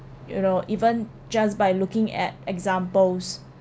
you know even just by looking at examples